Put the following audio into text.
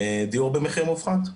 דיור במחיר מופחת.